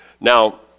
Now